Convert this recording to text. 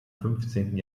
fünfzehnten